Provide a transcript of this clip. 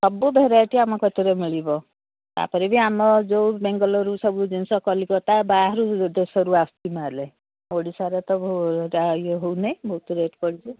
ସବୁ ଭେରାଇଟି ଆମ କତିରେ ମିଳିବ ତା'ପରେ ବି ଆମ ଯୋଉ ବେଙ୍ଗଲୋର୍ ସବୁ ଜିନିଷ କଲିକତା ବାହାରୁ ଦେଶରୁ ଆସୁଛି ନହେଲେ ଓଡ଼ିଶାରେ ତ ଇଏ ହେଉ ନାହିଁ ବହୁତ ରେଟ୍ କରିଛି